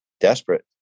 desperate